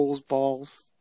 balls